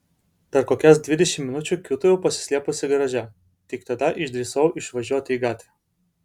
dar kokias dvidešimt minučių kiūtojau pasislėpusi garaže tik tada išdrįsau išvažiuoti į gatvę